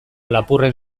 lapurren